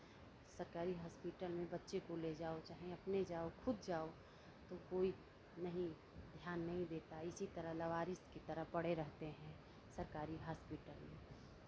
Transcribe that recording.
सरकारी हॉस्पिटल में बच्चे को ले जाओ चाहे अपने जाओ खुद जाओ तो कोई नहीं ध्यान नहीं देता है इसी तरह लावारिस की तरह पड़े रहते हैं सरकारी हॉस्पिटल में